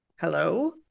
hello